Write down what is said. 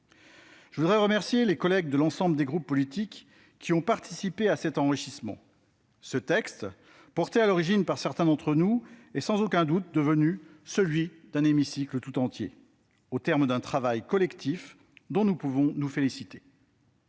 Je voudrais remercier les collègues de l'ensemble des groupes politiques qui ont participé à cet enrichissement : ce texte, soutenu à l'origine par certains d'entre nous, est sans aucun doute devenu celui de l'hémicycle tout entier, au terme d'un travail collectif dont nous pouvons nous féliciter.